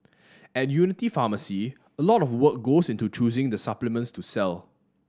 at Unity Pharmacy a lot of work goes into choosing the supplements to sell